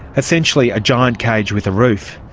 essentially a giant cage with a roof,